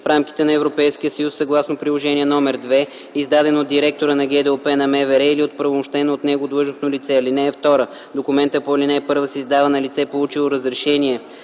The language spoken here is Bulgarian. в рамките на Европейския съюз съгласно Приложение № 2, издаден от директора на ГДОП на МВР или от оправомощено от него длъжностно лице. (2) Документът по ал. 1 се издава на лице, получило разрешение